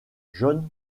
john